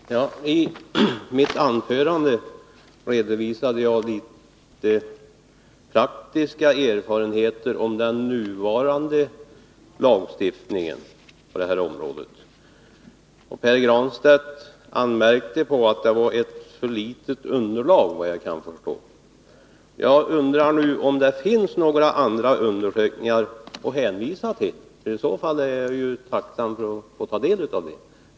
Fru talman! I mitt anförande redovisade jag några praktiska erfarenheter av den nuvarande lagstiftningen på det här området, och Pär Granstedt anmärkte, såvitt jag kan förstå, på att det var ett för litet underlag. Jag undrar nu om det finns några andra undersökningar att hänvisa till, för i så fall är jag tacksam att få ta del av dem.